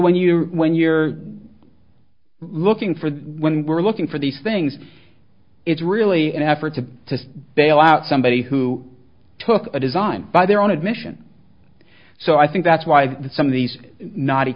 when you're when you're looking for the when we're looking for these things it's really an effort to to bail out somebody who took a design by their own admission so i think that's why some of these